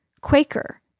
Quaker